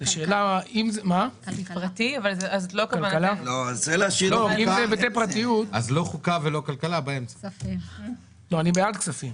אם זה היבטי פרטיות, השאלה אם זה ועדת הכספים או